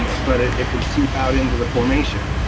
but ah it can seep out into the formation,